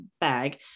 bag